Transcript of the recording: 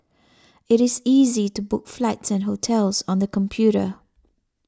it is easy to book flights and hotels on the computer